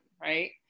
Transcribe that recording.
right